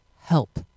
help